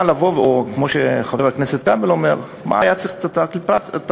כמו שחבר הכנסת כבל אומר: למה צריך היה את האפליקציה?